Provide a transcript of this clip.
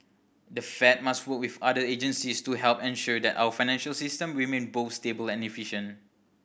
the Fed must work with other agencies to help ensure that our financial system remain both stable and efficient